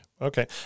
okay